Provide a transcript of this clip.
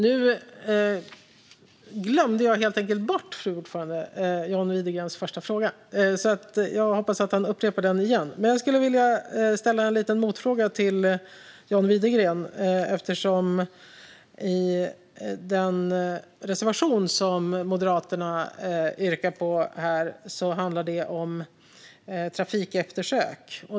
Nu glömde jag helt enkelt bort, fru talman, John Widegrens första fråga, så jag hoppas att han upprepar den. Men jag skulle vilja ställa en liten motfråga till John Widegren. Den reservation som Moderaterna här yrkar bifall till handlar om trafikeftersök.